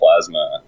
plasma